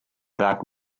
that